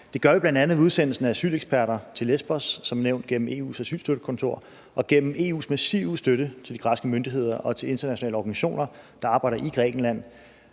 Det gør vi bl.a. ved udsendelsen af asyleksperter til Lesbos – som nævnt – gennem EU's asylstøttekontor og gennem EU's massive støtte til de græske myndigheder og til internationale organisationer, der arbejder i Grækenland.